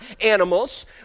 animals